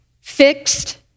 fixed